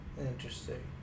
interesting